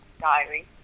diary